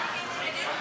הקדמת גיל הפרישה